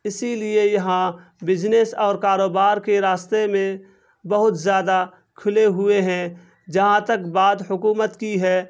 اسی لیے یہاں بجنیس اور کاروبار کے راستے میں بہت زیادہ کھلے ہوئے ہیں جہاں تک بات حکومت کی ہے